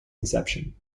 inception